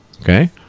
Okay